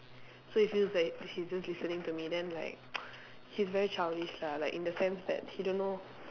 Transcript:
so it feels like he's just listening to me then like he's very childish lah like in the sense that he don't know